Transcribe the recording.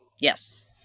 Yes